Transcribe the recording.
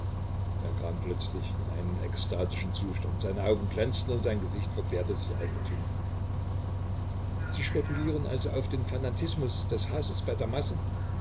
er kam plötzlich in einen ekstatischen zustand seine augen glänzten und sein gesicht verklärte sich eigentümlich sie spekulieren also auf den fanatismus des hasses bei der masse